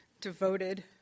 devoted